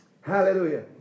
Hallelujah